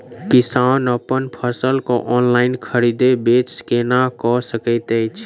किसान अप्पन फसल केँ ऑनलाइन खरीदै बेच केना कऽ सकैत अछि?